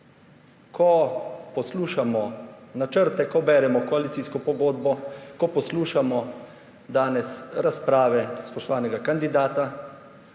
Ko poslušamo načrte, ko beremo koalicijsko pogodbo, ko poslušamo danes razprave spoštovanega kandidata,